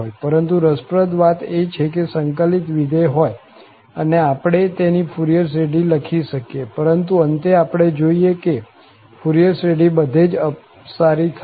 પરંતુ રસપ્રદ વાત એ છે કે સંકલિત વિધેય હોય અને આપણે તેની ફુરિયર શ્રેઢી લખી શકીએ પરંતુ અંતે આપણે જોઈએ કે ફુરિયર શ્રેઢી બધે જ અપસારી થશે